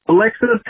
Alexa